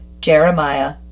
Jeremiah